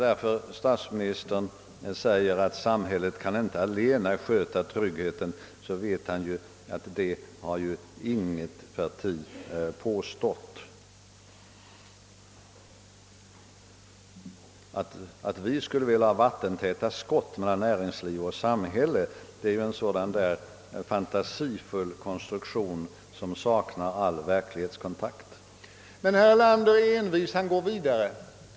När statsministern säger att samhället inte allena kan svara för tryggheten, så vet han att inget parti påstått något annat. Att vi skulle vilja ha vattentäta skott mellan näringsliv och samhälle är en sådan där fantasifull konstruktion som saknar all verklighetskontakt. Men herr Erlander är envis och går vidare.